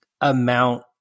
amount